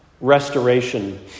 restoration